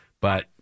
but-